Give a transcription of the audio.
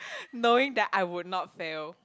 knowing that I would not fail